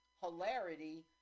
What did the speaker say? hilarity